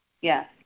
Yes